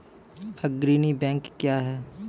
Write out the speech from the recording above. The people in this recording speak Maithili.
अग्रणी बैंक क्या हैं?